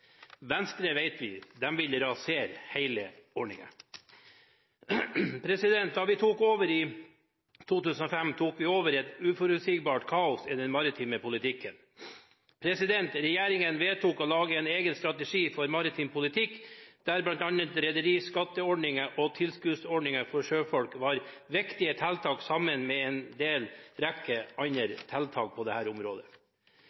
Venstre vil, som vi vet, rasere ordningen. Da vi tok over i 2005, tok vi over et uforutsigbart kaos i den maritime politikken. Regjeringen vedtok å lage en egen strategi for maritim politikk, der bl.a. rederiskatteordningen og tilskuddsordningen for sjøfolk var viktige tiltak sammen med en hel rekke